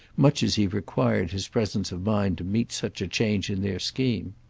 much as he required his presence of mind to meet such a change in their scheme.